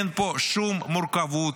אין פה שום מורכבות,